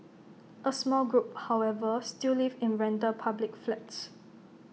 A small group however still live in rental public flats